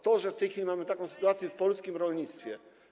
To, że w tej chwili mamy taką sytuację w polskim rolnictwie.